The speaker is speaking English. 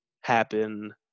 happen